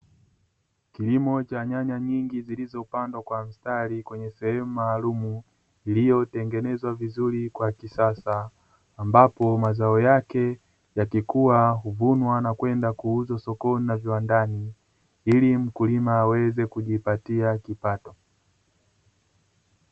Kilimo cha nyanya nyingi zilizopandwa kwa kwa mstari kwenye sehemu maalumu iliyotengenezwa vizuri kwa kisasa, ambapo mazao yake yakikua huvunwa na kwenda kuuzwa sokoni na viwandani ili mkulima aweze kujipatia kipato.